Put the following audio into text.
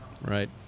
right